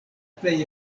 plej